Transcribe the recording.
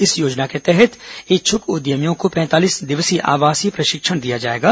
इस योजना के तहत इच्छ्क उद्यमियों को पैंतालीस दिवसीय आवासीय प्रशिक्षण दिया जाएगा